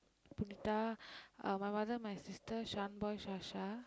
Punitha uh my mother my sister Shaan boy Shasha